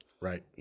Right